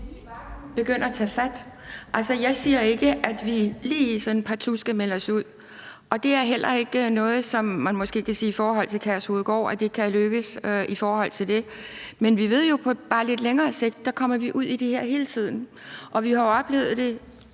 vi kunne begynde at tage fat. Altså, jeg siger ikke, at vi sådan lige partout skal melde os ud, og det er heller ikke noget, som man måske kan sige i forhold til Kærshovedgård kan lykkes. Men vi ved jo, at på bare lidt længere sigt kommer vi ud i det her hele tiden. Vi har oplevet det